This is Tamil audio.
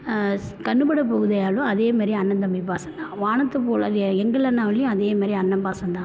கண்ணுப்பட போகுதையாலும் அதே மாதிரி அண்ணன் தம்பி பாசம் தான் வானத்தை போல் அது எங்கள் அண்ணாவுலையும் அதே மாதிரி அண்ணன் பாசம்தான்